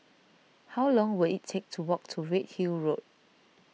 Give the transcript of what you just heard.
how long will it take to walk to Redhill Road